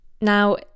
Now